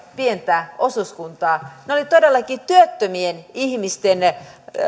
pientä osuuskuntaa ne olivat todellakin työttömien ihmisten